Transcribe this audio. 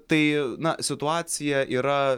tai na situacija yra